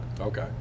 Okay